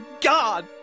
God